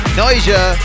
noisia